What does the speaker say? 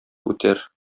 үтәр